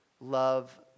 love